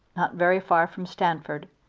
not very far from stamford,